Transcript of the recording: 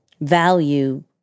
value